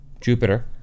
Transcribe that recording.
Jupiter